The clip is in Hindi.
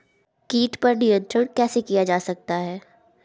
कीट पर नियंत्रण कैसे किया जा सकता है?